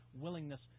willingness